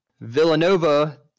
Villanova